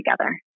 together